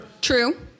True